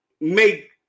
make